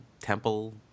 temple